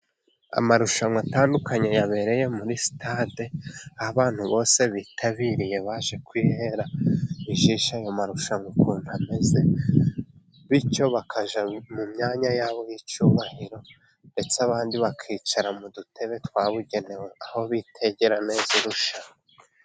Amarushanwa atandukanye yabereye muri sitade. Abantu bose bitabiriye baje kwihera ijisho ayo marushanwa ukuntu ameze, bityo bakajya mu myanya yabo y'icyubahiro, ndetse abandi bakicara mu dutebe twabugenewe aho bitegera neza irushanwa.